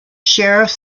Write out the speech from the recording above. sheriff